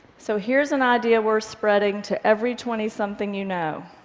so here's an idea worth spreading to every twentysomething you know.